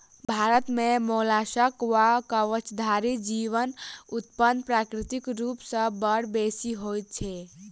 भारत मे मोलास्कक वा कवचधारी जीवक उत्पादन प्राकृतिक रूप सॅ बड़ बेसि होइत छै